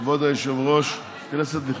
לא